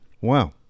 Wow